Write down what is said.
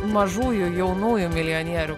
mažųjų jaunųjų milijonierių